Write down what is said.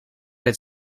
het